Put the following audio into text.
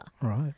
Right